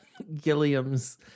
gilliam's